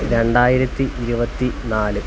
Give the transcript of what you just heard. രണ്ടായിരത്തി ഇരുപത്തിനാല്